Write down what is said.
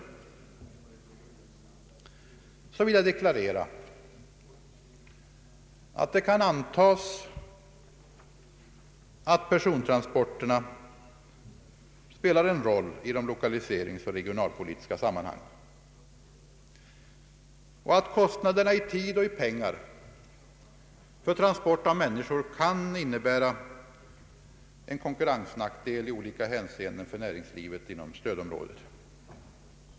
Jag har sagt mycket koncentrerat att det kan antas att persontransporterna spelar en roll i de l1okaliseringspolitiska och regionalpolitiska sammanhangen och att kostnaderna i tid och pengar för transport av människor kan innebära en konkurrensnackdel i olika hänseenden för näringslivet inom stödområdet.